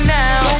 now